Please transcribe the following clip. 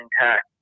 intact